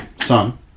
Son